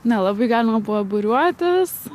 nelabai galima buvo būriuotis